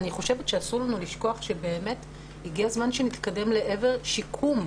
אני חושבת שאסור לנו לשכוח שהגיע הזמן שנתקדם לעבר שיקום.